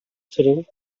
through